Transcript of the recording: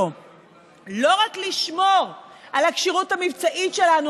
לא רק לשמור על הכשירות המבצעית שלנו,